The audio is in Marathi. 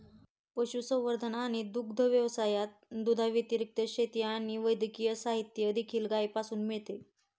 पशुसंवर्धन आणि दुग्ध व्यवसायात, दुधाव्यतिरिक्त, शेती आणि वैद्यकीय साहित्य देखील गायीपासून मिळते